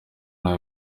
nta